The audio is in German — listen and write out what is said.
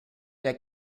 der